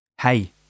hey